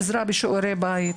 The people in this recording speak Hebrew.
לעזרה בשיעורי בית.